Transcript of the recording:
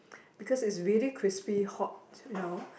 because it's really crispy hot you know